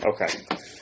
okay